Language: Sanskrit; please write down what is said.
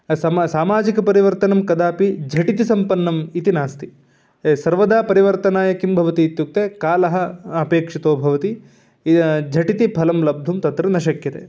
अस्माकं समाजिकपरिवर्तनं कदापि झटिति सम्पन्नम् इति नास्ति सर्वदा परिवर्तनाय किं भवति इत्युक्ते कालः अपेक्षितो भवति इदं झटिति फलं लब्धुं तत्र न शक्यते